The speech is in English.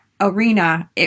arena